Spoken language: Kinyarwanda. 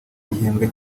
igihembwe